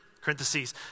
Corinthians